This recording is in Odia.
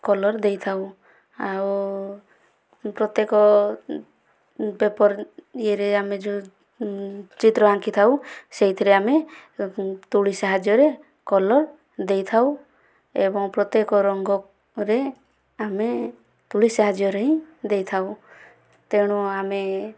କଲର ଦେଇଥାଉ ଆଉ ପ୍ରତ୍ୟେକ ପେପର ଇଏରେ ଆମେ ଯେଉଁ ଚିତ୍ର ଆଙ୍କିଥାଉ ସେଇଥିରେ ଆମେ ତୂଳୀ ସାହାଯ୍ୟରେ କଲର ଦେଇଥାଉ ଏବଂ ପ୍ରତ୍ୟେକ ରଙ୍ଗରେ ଆମେ ତୂଳୀ ସାହାଯ୍ୟରେ ହିଁ ଦେଇଥାଉ ତେଣୁ ଆମେ